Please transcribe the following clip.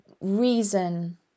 reason